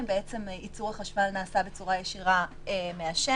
בעצם ייצור החשמל נעשה בצורה ישירה מהשמש,